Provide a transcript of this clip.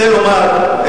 רוצה לומר,